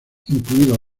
incluidos